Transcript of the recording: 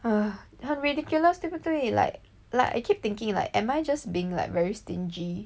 很 ridiculous 对不对 like like I keep thinking like am I just being like very stingy